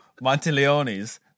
Monteleone's